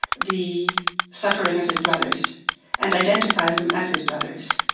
the suffering of his brothers and identifies them as his brothers.